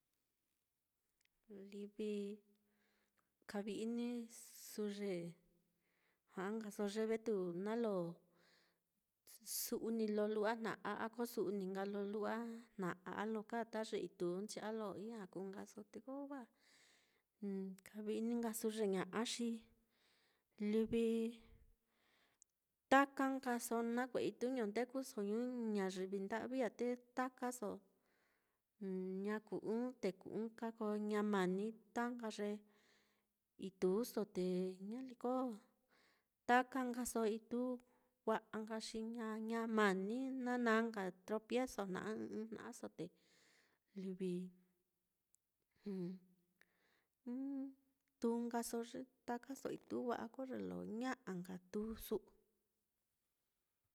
Livi kavi-inisu ye, ja'a nkaso jnu ye vetu nalo su'u ní lo lu'wa jna'aa ko su'u níi nka lo lu'wa jna'a, a lo kaa te ye ituunchi a lo ijña, kuu nkaso te ko wa kavi-ini nkasu ye ña'a xi taka nkaso nakue'e ituu ñondekuso ñuñayivi nda'vi á, te takaso ña kuu ɨ́ɨ́n te kuu ɨka, te ko ña mani ta nka ye ituuso te ñaliko taka nkaso ituu wa'a nka xi ña ña mani nana nka tropiezo jna'a ɨ́ɨ́n ɨ́ɨ́n jna'aso, te livi tūūso ye takaso ituu wa'a te kolo ña'a nka tūū su'u.